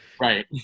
Right